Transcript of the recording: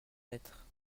lettre